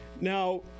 Now